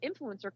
influencer